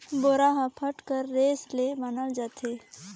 बोरा हर पट कर रेसा ले बनाल जाथे